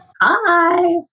Hi